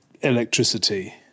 electricity